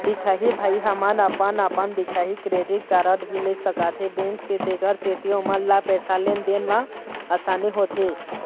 दिखाही भाई हमन अपन अपन दिखाही क्रेडिट कारड भी ले सकाथे बैंक से तेकर सेंथी ओमन ला पैसा लेन देन मा आसानी होथे?